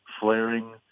flaring